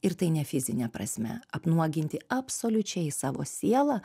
ir tai ne fizine prasme apnuoginti absoliučiai savo sielą